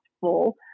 full